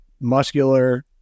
muscular